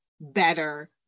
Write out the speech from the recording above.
better